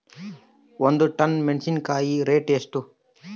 ಒಂದು ಟನ್ ಮೆನೆಸಿನಕಾಯಿ ರೇಟ್ ಎಷ್ಟು?